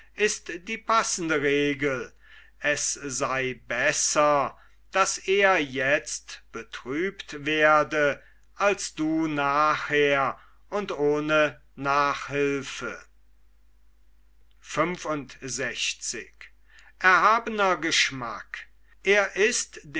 ist die passende regel es sei besser daß er jetzt betrübt werde als du nachher und ohne nachhülfe er ist